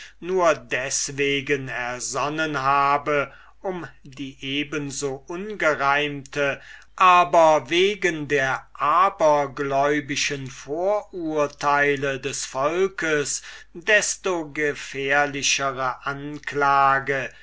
nur deswegen ersonnen habe um die eben so ungereimte aber wegen der abergläubischen vorurteile des volkes desto gefährlichere anklage